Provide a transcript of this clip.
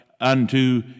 unto